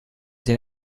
den